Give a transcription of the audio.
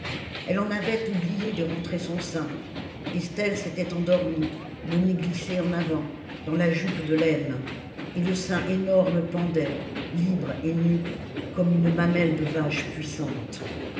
elle en avait oublié de rentrer son sein estelle s'était endormie le nez glissé en avant dans la jupe de laine et le sein énorme pendait libre et nu comme une mamelle de vache puissante